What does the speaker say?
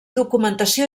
documentació